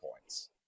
points